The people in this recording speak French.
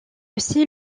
aussi